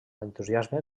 entusiasme